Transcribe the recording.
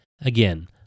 Again